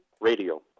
Radio